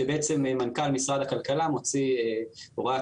שבעצם מנכ"ל משרד הכלכלה מוציא הוראת